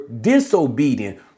disobedient